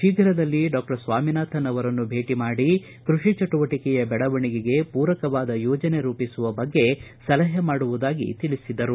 ಶೀಘ್ರದಲ್ಲಿ ಡಾಕ್ಟರ್ ಸ್ವಾಮಿನಾಥನ್ ಅವರನ್ನು ಭೇಟ ಮಾಡಿ ಕೃಷಿ ಚಟುವಟಿಕೆಯ ಬೆಳವಣಿಗೆಗೆ ಪೂರಕವಾದ ಯೋಜನೆ ರೂಪಿಸುವ ಬಗ್ಗೆ ಸಲಹೆ ಮಾಡುವುದಾಗಿ ತಿಳಿಸಿದರು